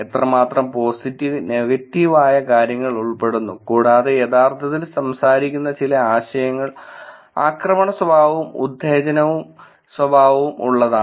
എത്രമാത്രം positive negative ആയ കാര്യങ്ങൾ ഉൾപ്പെടുന്നു കൂടാതെ യഥാർത്ഥത്തിൽ സംസാരിക്കുന്ന ചില ആശയങ്ങൾ ആക്രമണ സ്വഭാവവും ഉത്തേജനം സ്വഭാ വവും ഉള്ളതാണ്